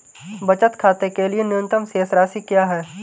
बचत खाते के लिए न्यूनतम शेष राशि क्या है?